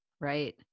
Right